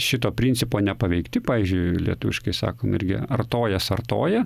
šito principo nepaveikti pavyzdžiui lietuviškai sakom irgi artojas artoja